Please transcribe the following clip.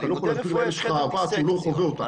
אתה לא יכול להסביר לילד שלך אהבה עד שהוא לא חווה אותה.